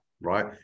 right